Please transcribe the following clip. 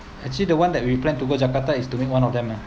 actually the one that we plan to go jakarta is to meet one of them ah